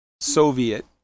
Soviet